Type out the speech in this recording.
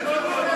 זה לא טרור?